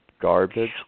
garbage